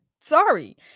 Sorry